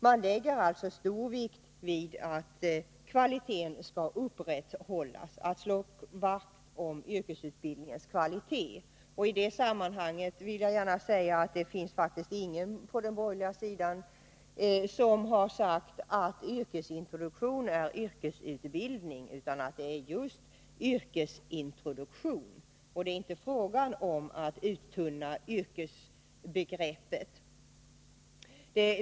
Man lägger alltså stor vikt vid att slå vakt om yrkesutbildningens kvalitet. I det sammanhanget vill jag gärna säga att det faktiskt inte finns någon på den borgerliga sidan som sagt att yrkesintroduktion är yrkesutbildning. Yrkesintroduktion är just detta och ingenting annat, och det är inte fråga om att uttunna yrkesbegreppet.